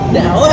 now